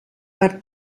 per